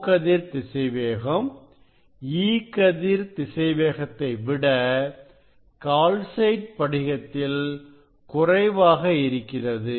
O கதிர் திசைவேகம் E கதிரின் திசைவேகத்தை விட கால்சைட் படிகத்ததில் குறைவாக இருக்கிறது